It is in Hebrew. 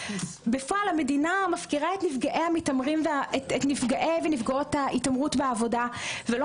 בפועל המדינה מפקירה את נפגעי ההתעמרות בעבודה ולא